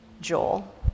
Joel